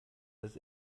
das